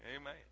Amen